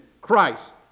Christ